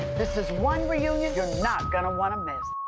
this is one reunion you're not gonna wanna miss.